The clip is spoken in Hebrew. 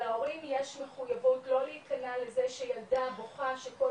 על ההורים יש מחוייבות לא להיכנע לזה שילדה בוכה שכל